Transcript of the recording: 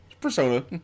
Persona